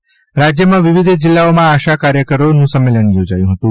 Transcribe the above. આશા સંમેલન રાજ્યમાં વિવિધ જિલ્લાઓમાં આશા કાર્યકરોનું સંમેલન યોજાયું હતું